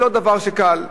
לא דבר קל,